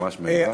ממש מהירה.